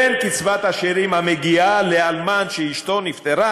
בין קצבת השאירים המגיעה לאלמן שאשתו נפטרה